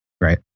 Right